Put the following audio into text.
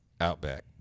Outback